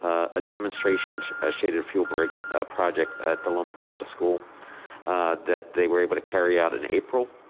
ah a demonstration, a shaded fuel break, a project at the loma prieta school that they were able to carry out in april.